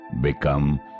become